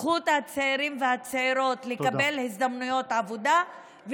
זכות הצעירים והצעירות לקבל הזדמנויות עבודה,